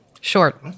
Short